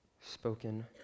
spoken